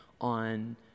on